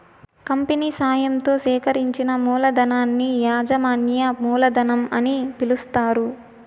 company సాయంతో సేకరించిన మూలధనాన్ని యాజమాన్య మూలధనం అని పిలుస్తారు